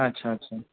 अच्छा अच्छा